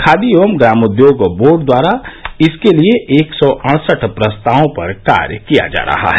खादी एवं ग्रामोद्योग बोर्ड द्वारा इसके लिये एक सौ अड़सठ प्रस्तावों पर कार्य किया जा रहा है